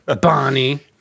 Bonnie